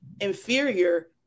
inferior